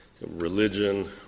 religion